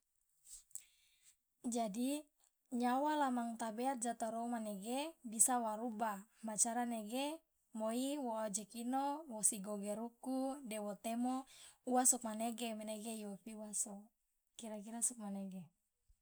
jadi nyawa la mang tabeat ja torou manege bisa wa ruba ma cara nege moi woajokino wosi gogeruku de wotemo uwa sokomanege menege iofi uwa so kira kira so komanege.